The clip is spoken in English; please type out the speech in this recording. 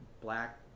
black